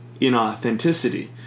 inauthenticity